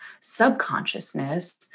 subconsciousness